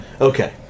okay